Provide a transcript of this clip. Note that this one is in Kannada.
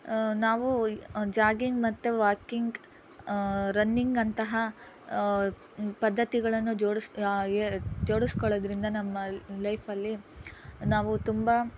ನಾವು ಜಾಗಿಂಗ್ ಮತ್ತು ವಾಕಿಂಗ್ ರನ್ನಿಂಗ್ ಅಂತಹ ಪದ್ಧತಿಗಳನ್ನು ಜೋಡೀಸ್ ಜೋಡಿಸ್ಕೊಳ್ಳೋದ್ರಿಂದ ನಮ್ಮ ಲೈಫಲ್ಲಿ ನಾವು ತುಂಬ